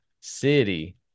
city